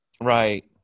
Right